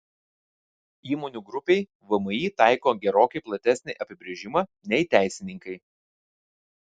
įmonių grupei vmi taiko gerokai platesnį apibrėžimą nei teisininkai